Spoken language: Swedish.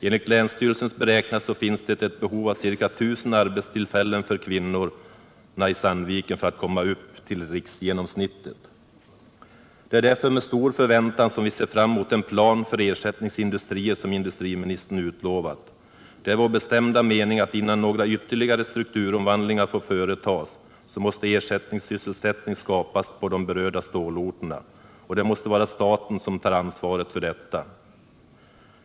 Enligt länsstyrelsens beräkningar finns det ett behov av ca 1 000 arbetstillfällen för kvinnorna i Sandviken för att komma upp till riksgenomsnittet. Det är därför med stor förväntan vi ser fram mot den plan för ersättningsindustrier som industriministern utlovat. Det är vår bestämda mening att innan några ytterligare strukturomvandlingar får företas, måste ersättningssysselsättning skapas på de berörda stålorterna. Och det måste vara staten som tar ansvaret för detta.